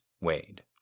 wade